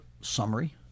Summary